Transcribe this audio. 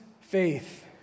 faith